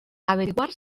averiguar